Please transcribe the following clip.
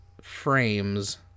frames